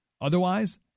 Otherwise